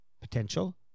potential